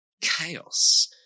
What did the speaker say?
chaos